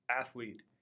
athlete